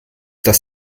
das